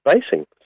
spacing